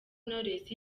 knowless